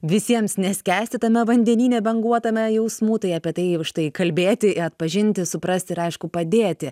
visiems neskęsti tame vandenyne banguotame jausmų tai apie tai už tai kalbėti atpažinti suprasti ir aišku padėti